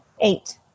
Eight